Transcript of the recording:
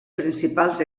principals